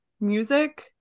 Music